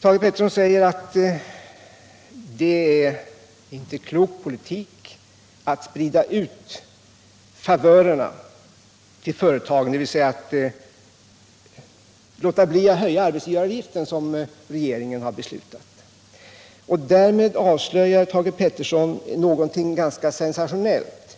Thage Peterson säger att det inte är klok politik att sprida ut favörerna till företagen, dvs. att låta bli att höja arbetsgivaravgiften, som regeringen har beslutat. Därmed avslöjar Thage Peterson någonting ganska sensationellt.